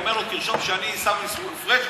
אומר לו: תרשום שאני עיסאווי פריג',